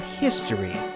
history